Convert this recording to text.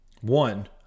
One